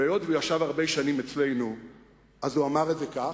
והיות שהוא ישב הרבה שנים אצלנו הוא אמר את זה כך,